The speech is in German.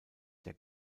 der